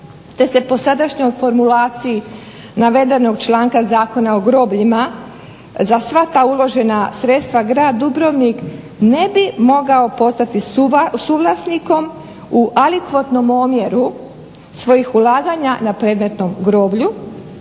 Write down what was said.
te se po sadašnjoj formulaciji navedenog članka Zakona o grobljima za sva ta uložena sredstva grad Dubrovnik ne bi mogao postati suvlasnikom u alikvotnom omjeru svojih ulaganja na predmetnom groblju